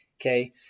Okay